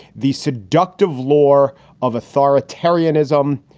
the seductive law of authoritarianism.